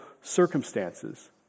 circumstances